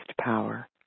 power